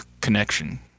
connection